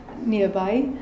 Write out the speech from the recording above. nearby